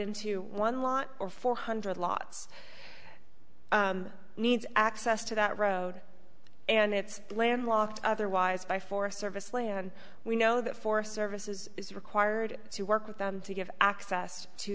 into one lot or four hundred lots needs access to that road and it's landlocked otherwise by forest service land we know that for services is required to work with them to give access to